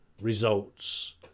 results